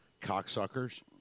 Cocksuckers